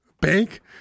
bank